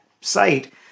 site